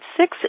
six